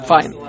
Fine